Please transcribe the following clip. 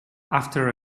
after